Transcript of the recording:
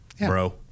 bro